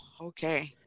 okay